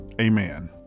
amen